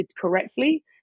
correctly